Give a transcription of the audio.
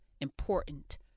important